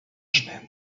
schnell